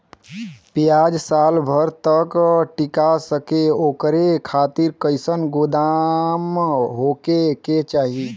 प्याज साल भर तक टीका सके ओकरे खातीर कइसन गोदाम होके के चाही?